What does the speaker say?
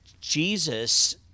Jesus